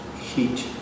heat